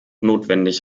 notwendig